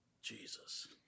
Jesus